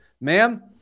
ma'am